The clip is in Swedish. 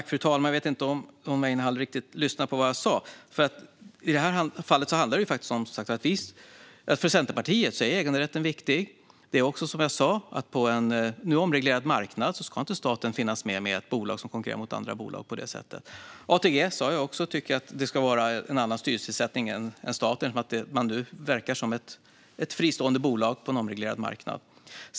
Fru talman! Jag vet inte om John Weinerhall riktigt lyssnade på vad jag sa. I det här fallet har vi i Centerpartiet sagt att för oss är äganderätten viktig. Som jag sa: På en omreglerad marknad ska inte staten finnas med med ett bolag som konkurrerar med andra bolag på detta sätt. Jag sa också att jag tycker att ATG ska ha en annan styrelsetillsättning än statens eftersom man nu verkar som ett fristående bolag på en omreglerad marknad.